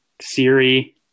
Siri